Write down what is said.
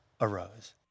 arose